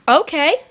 okay